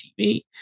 TV